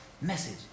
message